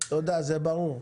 זה ברור.